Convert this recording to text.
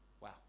Wow